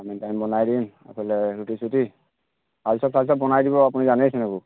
chowmein chow mein বনাই দিম বনাই দিব আপুনি জানেইচোন সেইবোৰ